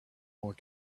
more